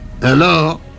Hello